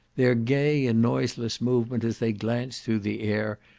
their gay and noiseless movement as they glance through the air,